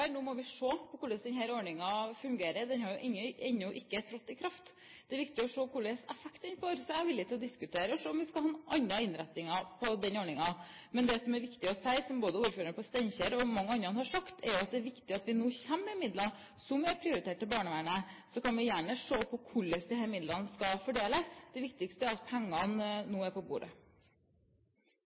framover. Nå må vi se på hvordan denne ordningen fungerer. Den har jo ennå ikke trådt i kraft. Det er viktig å se hva slags effekt den får. Jeg er villig til å diskutere om vi skal ha noen andre innretninger på den ordningen. Men det som er viktig å si, som både ordføreren på Steinkjer og mange andre har sagt, er at det er viktig at vi nå kommer med midler som er prioritert til barnevernet. Så kan vi gjerne se på hvordan disse midlene skal fordeles. Det viktigste er at pengene nå er på bordet.